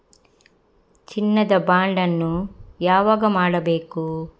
ಚಿನ್ನ ದ ಬಾಂಡ್ ಅನ್ನು ಯಾವಾಗ ಮಾಡಬೇಕು?